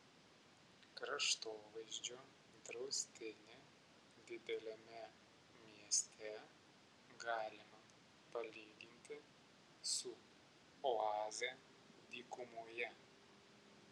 kraštovaizdžio draustinį dideliame mieste galima palyginti su oaze dykumoje